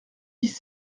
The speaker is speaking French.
dix